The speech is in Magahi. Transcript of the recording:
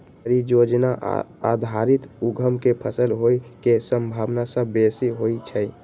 परिजोजना आधारित उद्यम के सफल होय के संभावना सभ बेशी होइ छइ